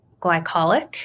glycolic